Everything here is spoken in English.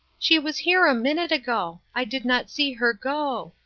she was here a minute ago i did not see her go.